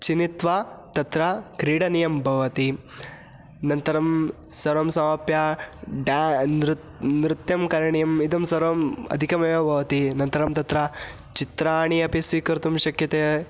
चित्वा तत्र क्रीडनीयं भवति अनन्तरं सर्वं समाप्य ड्या नृत्यं करणीयम् इदं सर्वम् अधिकमेव भवति अनन्तरं तत्र चित्राणि अपि स्वीकर्तुं शक्यते